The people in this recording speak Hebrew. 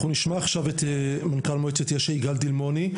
אנחנו נשמע עכשיו את מנכ"ל מועצת יש"ע יגאל דילמוני,